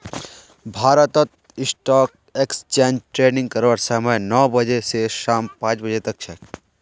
भारतत stock exchange trading करवार समय सुबह नौ बजे स शाम पांच बजे तक छेक